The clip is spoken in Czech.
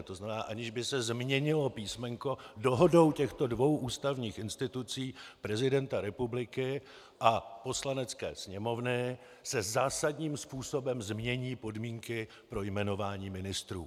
To znamená, aniž by se změnilo písmenko, dohodou těchto dvou ústavních institucí, prezidenta republiky a Poslanecké sněmovny, se zásadním způsobem změní podmínky pro jmenování ministrů.